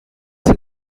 cet